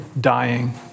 dying